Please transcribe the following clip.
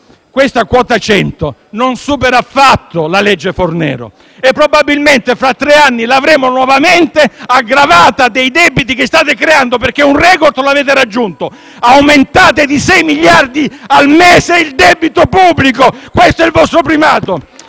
Questa quota 100 non supera affatto la legge Fornero e, probabilmente, fra tre anni l'avremo nuovamente, aggravata dei debiti che state creando. Infatti, un *record* l'avete raggiunto: aumentate di sei miliardi al mese il debito pubblico. Questo è il vostro primato!